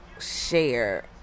share